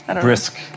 Brisk